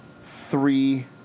three